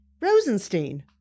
Rosenstein